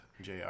Jr